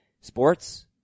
sports